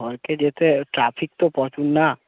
ঘরকে যেতে ট্র্যাফিক তো প্রচুর না